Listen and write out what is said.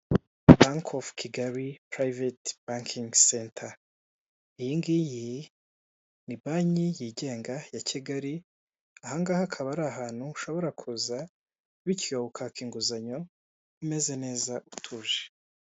Banki ovu Kigali purayiveti bankingi senta iyi ngiyi ni banki yigenga ya kigali aha ngaha akaba ari ahantu ushobora kuza bityo ukaka inguzanyo umeze neza utuje.